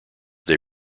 they